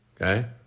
okay